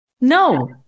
no